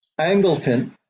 Angleton